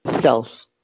self